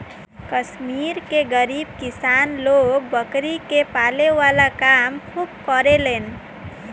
कश्मीर के गरीब किसान लोग बकरी के पाले वाला काम खूब करेलेन